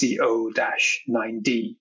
CO-9D